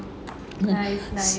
nice nice